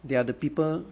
they are the people